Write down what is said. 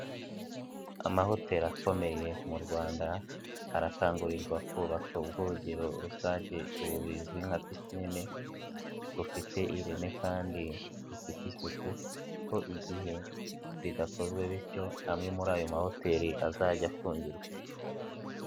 Amahoteli akomeye mu Rwanda, arakangurirwa kubaka ubwogero rusange ubu bizwi nka pisine, bufite ireme kandi bufite isuku kuko igihe bidakozwe bityo, amwe muri ayo mahoteli azajya afungirwa.